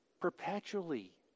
perpetually